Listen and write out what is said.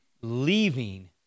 leaving